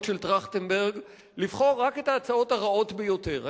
של טרכטנברג לבחור רק את ההצעות הרעות ביותר.